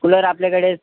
cooler आपल्याकडे